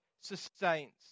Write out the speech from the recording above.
sustains